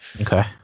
okay